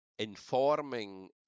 informing